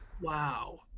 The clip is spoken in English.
Wow